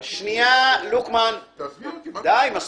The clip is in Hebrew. מופעים של שלוש שעות לא